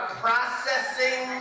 processing